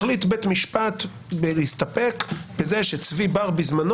החליט בית משפט להסתפק בזה שצבי בר בזמנו